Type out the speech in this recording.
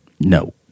No